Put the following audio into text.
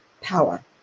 power